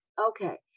Okay